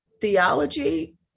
theology